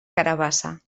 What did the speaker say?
carabassa